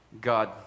God